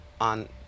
on